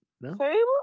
No